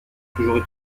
toujours